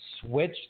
switch